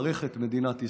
ברך את מדינת ישראל,